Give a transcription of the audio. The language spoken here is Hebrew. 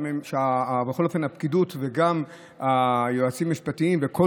בכל אופן הפקידות וגם היועצים המשפטיים וכל